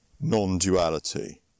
non-duality